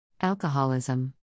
Alcoholism